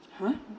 !huh!